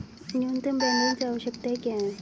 न्यूनतम बैलेंस आवश्यकताएं क्या हैं?